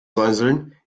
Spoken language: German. säuseln